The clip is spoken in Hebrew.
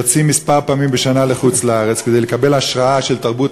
יוצאים כמה פעמים בשנה לחוץ-לארץ כדי לקבל השראה של תרבות